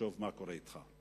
שתחשוב מה קורה אתך.